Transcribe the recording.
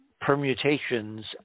permutations